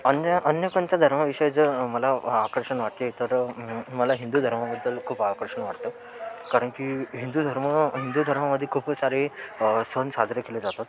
अन्य अन्य कोणत्या धर्माविषयी जर मला आकर्षण वाटते तर मला हिंदू धर्माबद्दल खूप आकर्षण वाटतं कारण की हिंदू धर्म हिंदू धर्मामध्ये खूप सारे सण साजरे केले जातात